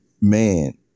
man